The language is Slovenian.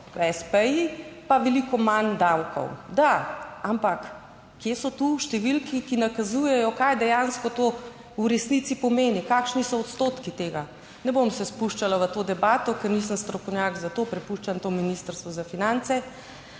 pa veliko manj davkov. Da, ampak kje so tu številke, ki nakazujejo, kaj dejansko to v resnici pomeni, kakšni so odstotki tega? Ne bom se spuščala v to debato, ker nisem strokovnjak za to, prepuščam to Ministrstvu za finance,